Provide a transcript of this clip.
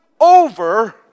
over